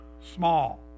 small